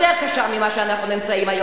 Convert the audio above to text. יותר קשה מזו שאנחנו נמצאים בה היום.